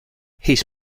his